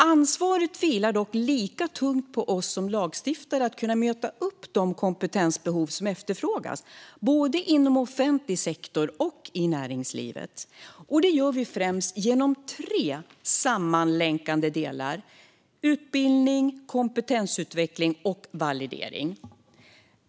Ansvaret vilar dock lika tungt på oss som lagstiftare att kunna tillgodose behovet av den kompetens som efterfrågas, både inom offentlig sektor och i näringslivet. Det gör vi främst genom tre sammanlänkade delar: utbildning, kompetensutveckling och validering.